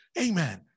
Amen